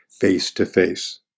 face-to-face